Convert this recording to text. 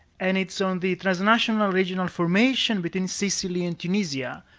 and it's on the transnational regional formation within sicily and tunisia,